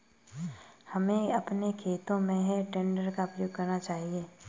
हमें अपने खेतों में हे टेडर का प्रयोग करना चाहिए